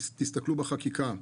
תסתכלו בחקיקה,